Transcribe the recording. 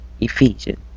ephesians